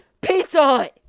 PIZZA